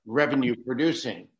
revenue-producing